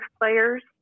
players